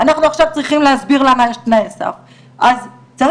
אנחנו עכשיו צריכים להסביר למה יש תנאי סף.